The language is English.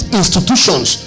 institutions